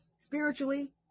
spiritually